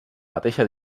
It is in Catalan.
mateixa